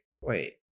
wait